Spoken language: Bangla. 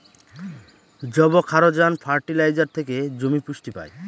যবক্ষারজান ফার্টিলাইজার থেকে জমি পুষ্টি পায়